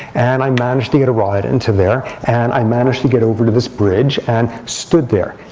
and i managed to get a ride into there. and i managed to get over to this bridge, and stood there.